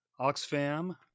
Oxfam